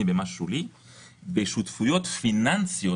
מס בבורסה אז העתקנו את המודל הזה לקרנות גידור,